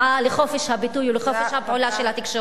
לחופש הביטוי ולחופש הפעולה של התקשורת.